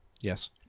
Yes